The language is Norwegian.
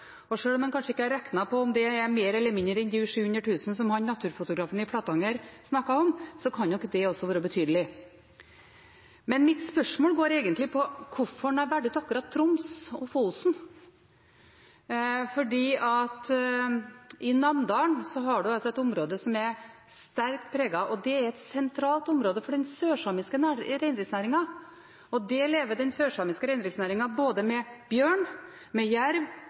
Sjøl om en kanskje ikke har regnet på om det er mer eller mindre enn de 700 000 kronene som naturfotografen i Flatanger snakket om, kan nok det også være betydelig. Mitt spørsmål går egentlig på hvorfor en har valgt ut akkurat Troms og Fosen. I Namdalen har en et område som er sterkt preget, og det er et sentralt område for den sørsamiske reindriftsnæringen. Der lever den sørsamiske reindriftsnæringen med både bjørn og jerv